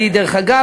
דרך אגב,